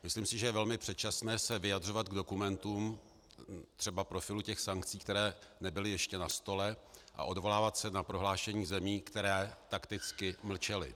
Myslím si, že je velmi předčasné se vyjadřovat k dokumentům, třeba k profilu těch sankcí, které nebyly ještě na stole, a odvolávat se na prohlášení zemí, které takticky mlčely.